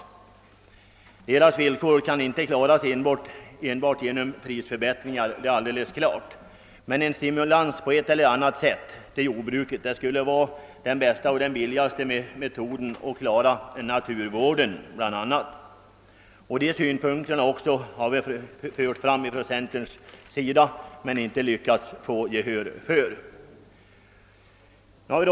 Dessa jordbrukares levnadsvillkor kan inte bemästras enbart genom prisförbättringar, men en stimulans på ett eller annat sätt till jordbruket skulle vara den bästa och billigaste metoden även för att lösa t.ex. naturvårdsproblemen. Den synpunkten har också förts fram av centerpartiet, men vi har inte lyckats få gehör för våra tankar.